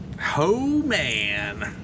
Homan